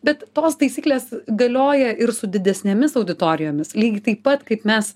bet tos taisyklės galioja ir su didesnėmis auditorijomis lygiai taip pat kaip mes